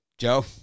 Joe